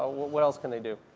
ah what what else can they do?